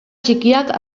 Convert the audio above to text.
txikiak